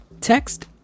Text